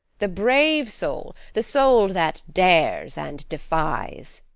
the brave soul. the soul that dares and defies.